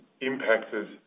impacted